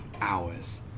hours